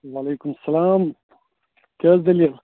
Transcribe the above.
وعلیکم السلام کیٛاہ حظ دٔلیٖل